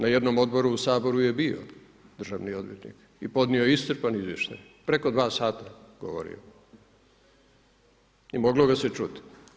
Na jednom odboru u Saboru je bio državni odvjetnik i podnio je iscrpan izvještaj, preko 2 sata je govorio i moglo ga se čut.